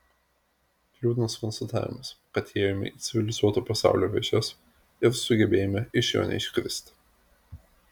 liūdnas konstatavimas kad įėjome į civilizuoto pasaulio vėžes ir sugebėjome iš jo neiškristi